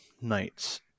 knights